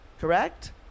Correct